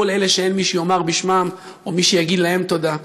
לכל אלה שאין מי שיאמר בשמם או מי שיגיד להם תודה.